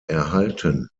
erhalten